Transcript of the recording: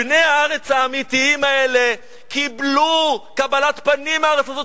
בני הארץ האמיתיים האלה קיבלו קבלת פנים מהארץ הזאת,